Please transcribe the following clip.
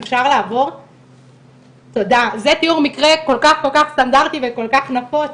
זה תאור מקרה כל כך כל כך סטנדרטי, וכל כך נפוץ.